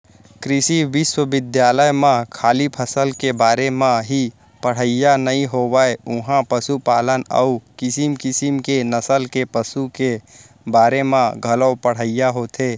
कृषि बिस्वबिद्यालय म खाली फसल के बारे म ही पड़हई नइ होवय उहॉं पसुपालन अउ किसम किसम के नसल के पसु के बारे म घलौ पढ़ाई होथे